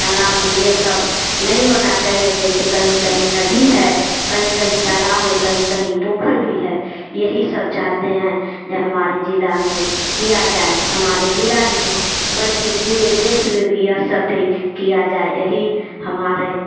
तालाब में ये सब नहीं होना चाहिए जैसे कहीं कहीं नदी है कहीं कहीं तालाब है कहीं कहीं पोखर भी है यही सब चाहते हैं ये हमारे जिला में किया जाए हमारे जिला में ही बल्कि पूरे देश में भी यह सब भी किया जाए यही हमारे